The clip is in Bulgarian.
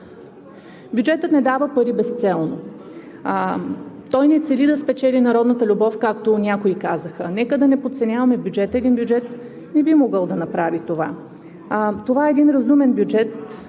Бюджетът не дава пари безцелно. Той не цели да спечели народната любов, както някои казаха. Нека да не подценяваме бюджета. Един бюджет не би могъл да направи това. Това е един разумен бюджет